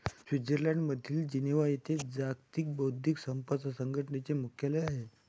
स्वित्झर्लंडमधील जिनेव्हा येथे जागतिक बौद्धिक संपदा संघटनेचे मुख्यालय आहे